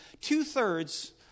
Two-thirds